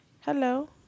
hello